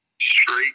straight